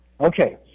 Okay